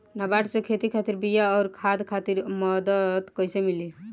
नाबार्ड से खेती खातिर बीया आउर खाद खातिर मदद कइसे मिली?